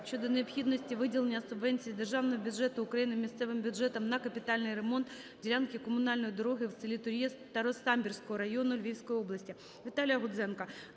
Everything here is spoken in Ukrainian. щодо необхідності виділення субвенції з Державного бюджету України місцевим бюджетам на капітальний ремонт ділянки комунальної дороги у селі Тур'є Старосамбірського району Львівської області.